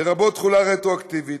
לרבות תחולה רטרואקטיבית,